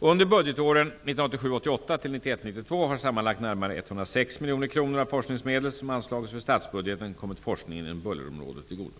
88--1991/92 har sammanlagt närmare 106 miljoner kronor av forskningsmedel, som anslagits över statsbudgeten, kommit forskningen inom bullerområdet till godo.